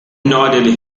nodded